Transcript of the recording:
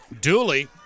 Dooley